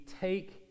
take